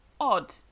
odd